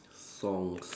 songs